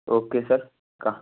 okay sir کہاں